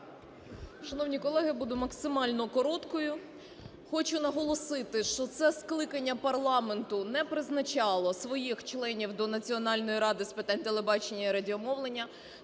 Шановні колеги, буду максимально короткою. Хочу наголосити, що це скликання парламенту не призначало своїх членів до Національної ради з питань телебачення і радіомовлення.